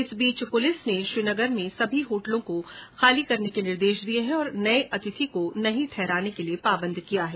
इस बीच पुलिस ने श्रीनगर में सभी होटलों को खाली करने के निर्देश दिये है और नये अंतिथि को नहीं ठहराने के लिये पाबन्द किया है